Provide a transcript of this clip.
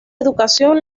educación